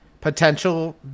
potential